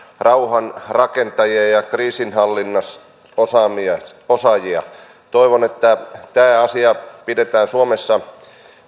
rauhan rakentajia ja ja kriisinhallinnan osaajia toivon että tämä asia pidetään suomessa